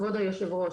כבוד היושב-ראש.